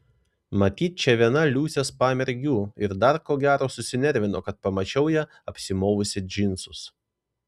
matyt čia viena liusės pamergių ir dar ko gero susinervino kad pamačiau ją apsimovusią džinsus